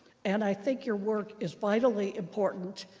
and i think your work is vitally important.